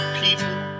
people